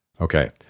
okay